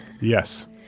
Yes